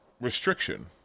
restriction